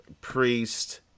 priest